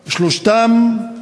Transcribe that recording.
שלושתן: